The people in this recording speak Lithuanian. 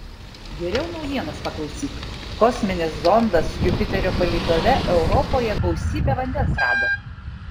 geriau naujienos paklausyk kosminis zondas jupiterio palydove europoje gausybę vandens rado